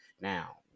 Now